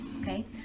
Okay